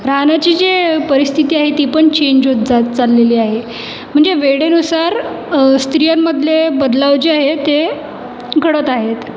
राहण्याची जी परिस्थिती आहे ती पण चेंज होत जात चाललेली आहे म्हणजे वेळेनुसार स्त्रियांमधले बदलाव जे आहेत ते घडत आहेत